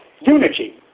Unity